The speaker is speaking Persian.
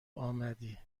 آمدی